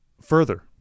further